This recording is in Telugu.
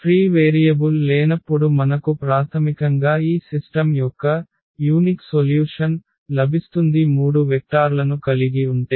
ఫ్రీ వేరియబుల్ లేనప్పుడు మనకు ప్రాథమికంగా ఈ సిస్టమ్ యొక్క ప్రత్యేక పరిష్కారం లభిస్తుంది 3 వెక్టార్లను కలిగి ఉంటే